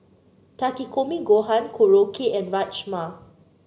Takikomi Gohan Korokke and Rajma